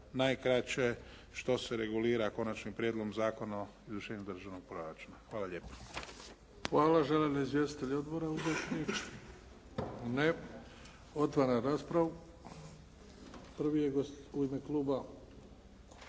najkraće što se regulira Konačnim prijedlogom Zakona o izvršenju državnog proračuna. Hvala lijepo.